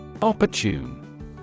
Opportune